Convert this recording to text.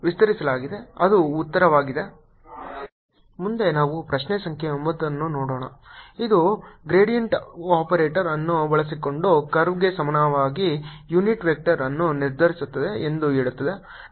Vxyzz 2x2 3y2 V1211 2 12 13 2x23y2 z13 ಮುಂದೆ ನಾವು ಪ್ರಶ್ನೆ ಸಂಖ್ಯೆ 9 ಅನ್ನು ಮಾಡೋಣ ಇದು ಗ್ರೇಡಿಯಂಟ್ ಆಪರೇಟರ್ ಅನ್ನು ಬಳಸಿಕೊಂಡು ಕರ್ವ್ಗೆ ಸಾಮಾನ್ಯವಾದ ಯುನಿಟ್ ವೆಕ್ಟರ್ ಅನ್ನು ನಿರ್ಧರಿಸುತ್ತದೆ ಎಂದು ಹೇಳುತ್ತದೆ